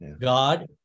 God